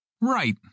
Right